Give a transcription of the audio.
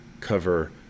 cover